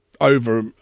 over